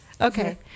okay